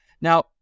Now